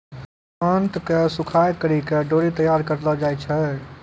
आंत के सुखाय करि के डोरी तैयार करलो जाय छै